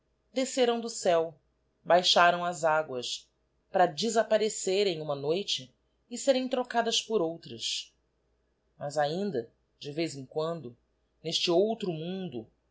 desceram do céu baixaram ás aguas para desapparecerem uma noite e serem trocadas por outras mas aindu de vez em quando n'este outro mundo